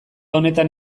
honetan